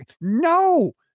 No